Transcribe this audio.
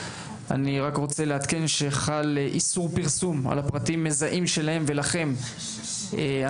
אני רק רוצה לעדכן שחל איסור פרסום על הפרטים המזהים שלהם ולכן ביקשנו